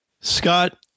Scott